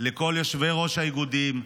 לכל יושבי-ראש האיגודים,